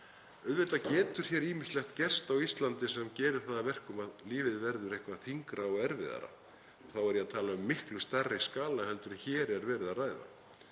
Auðvitað getur ýmislegt gerst á Íslandi sem gerir það að verkum að lífið verður eitthvað þyngra og erfiðara og þá er ég að tala um miklu stærri skala en hér er verið að ræða.